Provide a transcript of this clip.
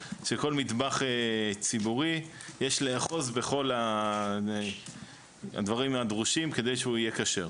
שכל מטבח ציבורי יש לאחוז בכל הדברים הדרושים כדי שהוא יהיה כשר.